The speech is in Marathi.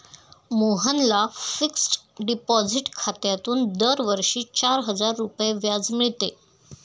मोहनला फिक्सड डिपॉझिट खात्यातून दरवर्षी चार हजार रुपये व्याज मिळते